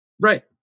Right